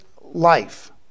life